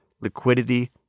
liquidity